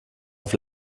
auf